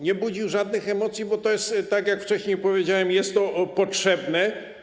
Nie budził żadnych emocji, bo to jest, tak jak wcześniej powiedziałem, potrzebne.